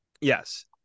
Yes